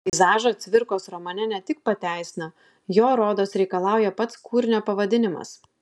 peizažą cvirkos romane ne tik pateisina jo rodos reikalauja pats kūrinio pavadinimas